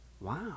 Wow